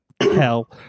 hell